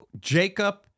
Jacob